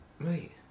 Right